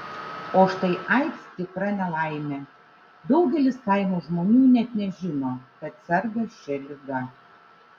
o štai aids tikra nelaimė daugelis kaimo žmonių net nežino kad serga šia liga